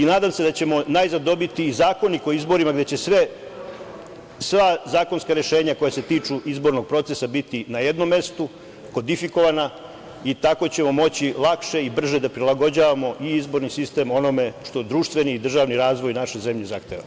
Nadam se da ćemo najzad dobiti i zakonik o izborima gde će sva zakonska rešenja koja se tiču izbornog procesa biti na jednom mestu, kodifikovana i tako ćemo moći laške i brže da prilagođavamo i izborni sistem onome što društveni i državni razvoj naše zemlje zahteva.